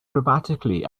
dramatically